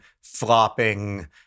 flopping